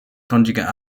conjugate